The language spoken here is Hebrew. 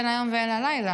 אין לה יום ואין לה לילה,